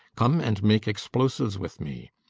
come and make explosives with me.